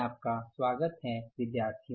आपका स्वागत है विद्यार्थियों